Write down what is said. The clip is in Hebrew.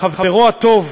כשחברו הטוב,